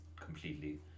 completely